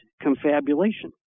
confabulation